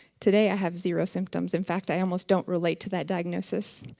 today, i have zero symptoms. in fact, i almost don't relate to that diagnosis.